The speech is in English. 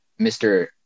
Mr